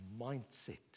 mindset